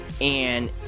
and-